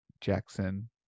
Jackson